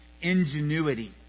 ingenuity